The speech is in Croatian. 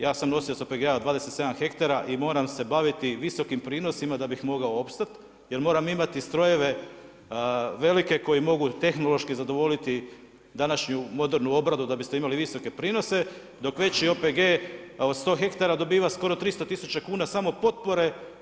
Ja sam nosioc OPG-a 27 hektara i moram se baviti visokim prinosima da bih mogao opstati jer moram imati strojeve velike koji mogu tehnološki zadovoljiti današnju modernu obradu da biste imali visoke prinose, dok veći OPG od 100 ha dobiva skoro 300 tisuća kuna samo potpore.